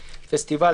פסטיבל,